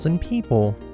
people